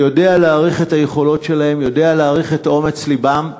אני יודע להעריך את היכולות שלהם ויודע להעריך את אומץ לבם.